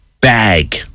bag